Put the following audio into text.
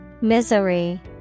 Misery